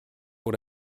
what